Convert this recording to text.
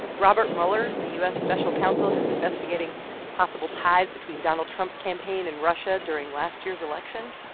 robert mueller, the u s. special counsel who's investigating possible ties between donald trump's campaign and russia during last year's election,